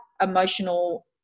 emotional